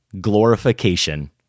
glorification